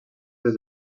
des